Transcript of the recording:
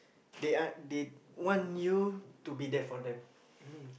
they are they want you to be there for them